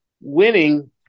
winning –